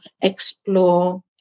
explore